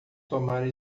tomar